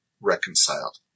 reconciled